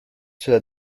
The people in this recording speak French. cela